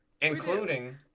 including